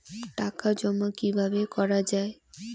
টাকা জমা কিভাবে করা য়ায়?